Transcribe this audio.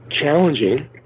challenging